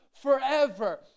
forever